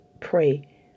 pray